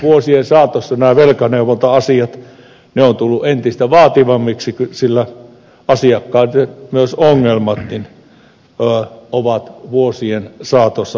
vuosien saatossa nämä velkaneuvonta asiat ovat tulleet entistä vaativammiksi sillä myös asiakkaiden ongelmat ovat vuosien saatossa vaikeutuneet